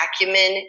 acumen